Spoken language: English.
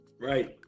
Right